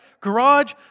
Garage